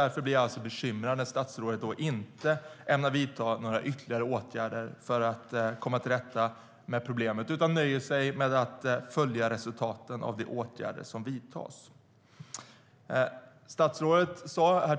Jag blir därför bekymrad när statsrådet inte ämnar vidta några ytterligare åtgärder för att komma till rätta med problemen, utan han nöjer sig med att följa resultaten av de åtgärder som vidtas. Statsrådet sa